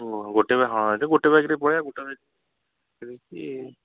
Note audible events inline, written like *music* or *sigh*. *unintelligible* ଗୋଟେ ହଁ *unintelligible* ଗୋଟେ ବାଇକ୍ରେ ପଳାଇବା ଗୋଟେ ବାଇକ୍ *unintelligible*